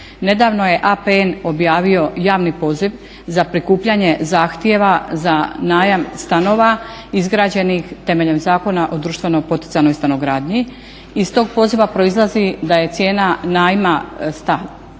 nedavno je APN objavio javni poziv za prikupljanje zahtjeva za najam stanova izgrađenih temeljem Zakona o društveno poticanoj stanogradnji. Iz tog poziva proizlazi da je cijena najma stana